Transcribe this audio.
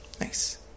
nice